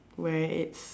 where its